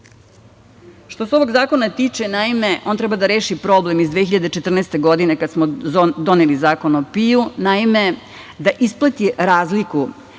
se ovog zakona tiče, naime, on treba da reši problem iz 2014. godine, kada smo doneli Zakon o PIO, naime, da isplati razliku